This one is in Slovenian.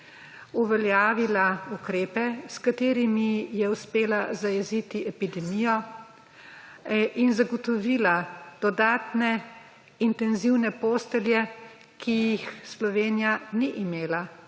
uveljavila ukrepe, s katerimi je uspela zajeziti epidemijo in zagotovila dodatne intenzivne postelje, ki jih Slovenija ni imela